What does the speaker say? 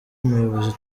umuyobozi